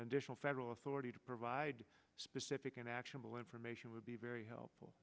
additional federal authority to provide specific and actionable information would be very helpful